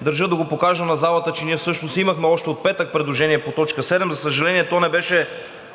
Държа да го покажа на залата, че ние всъщност имахме още от петък предложение по т. 7. За съжаление, то не беше